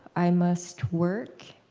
i must work,